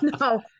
no